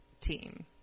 team